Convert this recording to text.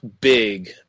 big